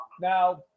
Now